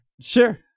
Sure